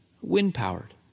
wind-powered